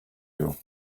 you